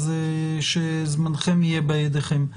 אז שזמנכם יהיה בידיכם.